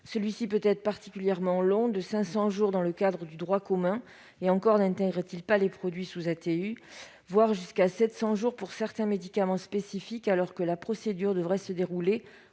Celui-ci peut être particulièrement long, de 500 jours dans le cadre du droit commun- et encore n'intègre-t-il pas les produits sous ATU - jusqu'à 700 jours pour certains médicaments spécifiques, alors que la procédure devrait se dérouler